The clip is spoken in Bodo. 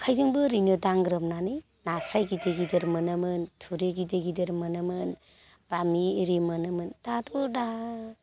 आखाइजोंबो ओरैनो दांग्रोमनानै नास्राइ गिदिर गिदिर मोनोमोन थुरि गिदिर गिदिर मोनोमोन बामि इरि मोनोमोन दाथ' दा